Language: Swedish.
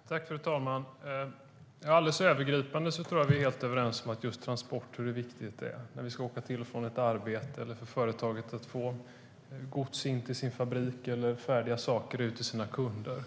STYLEREF Kantrubrik \* MERGEFORMAT NäringspolitikFru talman! Alldeles övergripande tror jag att vi är helt överens om hur viktigt det är med transporter, till exempel när vi ska åka till och från ett arbete eller när ett företag ska få gods till sin fabrik eller färdiga saker ut till sina kunder.